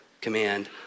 command